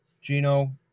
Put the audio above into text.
Gino